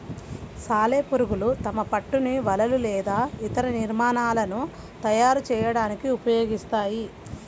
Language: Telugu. సాలెపురుగులు తమ పట్టును వలలు లేదా ఇతర నిర్మాణాలను తయారు చేయడానికి ఉపయోగిస్తాయి